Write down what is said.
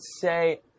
say